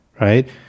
right